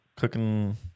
cooking